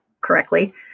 correctly